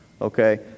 Okay